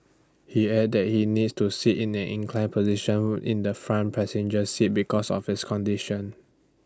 he added that he needs to sit in an inclined position in the front passenger seat because of his condition